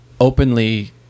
openly